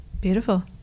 Beautiful